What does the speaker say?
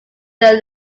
their